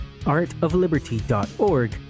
artofliberty.org